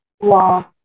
wow